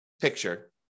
picture